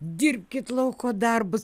dirbkit lauko darbus